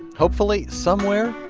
hopefully, somewhere,